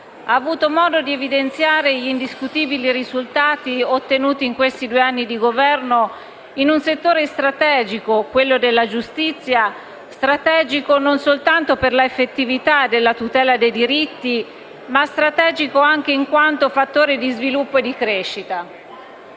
ha avuto modo di evidenziare gli indiscutibili risultati ottenuti in questi due anni di Governo in un settore strategico, quello della giustizia, non soltanto per l'effettività della tutela dei diritti, ma anche in quanto fattore di sviluppo e di crescita.